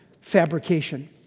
fabrication